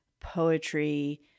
poetry